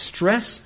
Stress